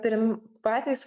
turim patys